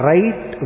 Right